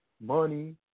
money